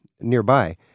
nearby